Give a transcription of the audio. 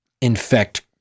infect